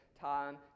time